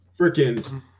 freaking